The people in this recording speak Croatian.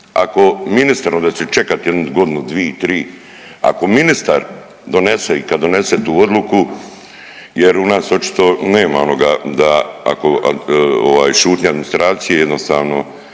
ako ministar onda će čekati jednu godinu, dvi, tri. Ako ministar donese i kad donese tu odluku jer u nas očito nema onoga da šutnja administracije jednostavno